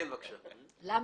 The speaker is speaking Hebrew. תודה,